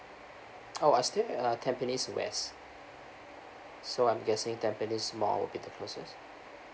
oh I stay at uh tampines west so I'm guessing tampines mall will be the closest